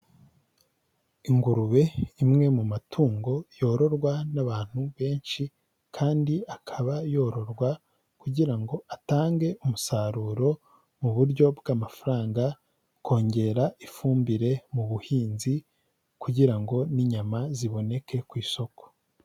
Ingurube, imwe mu matungo yororwa n'abantu benshi kandi akaba yororwa kugira ngo atange umusaruro mu buryo bw'amafaranga, kongera ifumbire mu buhinzi, kugira ngo n'inyama ziboneke ku isoko.